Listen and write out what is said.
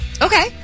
Okay